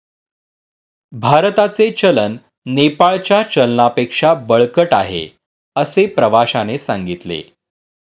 भारताचे चलन नेपाळच्या चलनापेक्षा बळकट आहे, असे प्रवाश्याने सांगितले